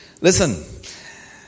listen